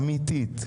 אמיתית,